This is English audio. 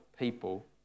people